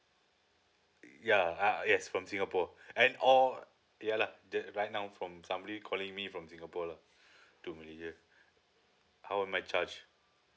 ya uh yes from singapore and all ya lah that right now from somebody calling me from singapore lah to malaysia how am I charged